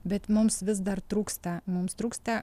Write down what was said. bet mums vis dar trūksta mums trūksta